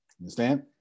understand